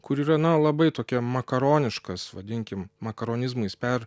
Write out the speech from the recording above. kur yra na labai tokia makaroniškas vadinkim makaronizmais per